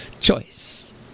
choice